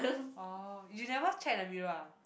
orh you never check the mirror ah